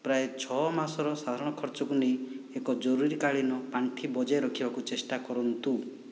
ପ୍ରାୟ ଛଅ ମାସର ସାଧାରଣ ଖର୍ଚ୍ଚକୁ ନେଇ ଏକ ଜରୁରୀକାଳୀନ ପାଣ୍ଠି ବଜାୟ ରଖିବାକୁ ଚେଷ୍ଟା କରନ୍ତୁ